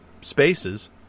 spaces